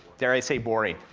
dare i say boring,